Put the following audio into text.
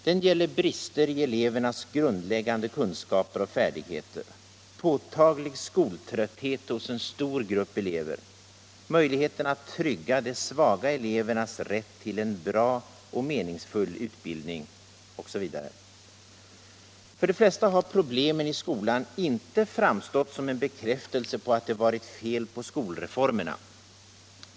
Den gäller brister i elevernas grundläggande kunskaper och färdigheter, påtaglig skoltrötthet hos en stor grupp elever, möjligheterna att trygga de svaga elevernas rätt till en bra och meningsfull utbildning osv. För de flesta har problemen i skolan inte framstått som en bekräftelse på att det varit fel på skolreformerna.